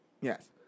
Yes